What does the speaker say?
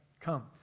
Come